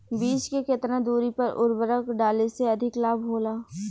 बीज के केतना दूरी पर उर्वरक डाले से अधिक लाभ होला?